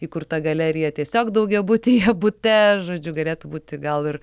įkurta galerija tiesiog daugiabutyje bute žodžiu galėtų būti gal ir